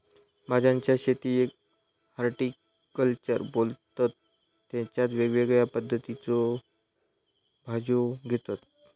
भाज्यांच्या शेतीयेक हॉर्टिकल्चर बोलतत तेच्यात वेगवेगळ्या पद्धतीच्यो भाज्यो घेतत